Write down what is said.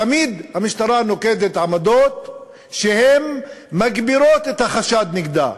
תמיד המשטרה נוקטת עמדות שמגבירות את החשד נגדה.